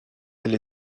elle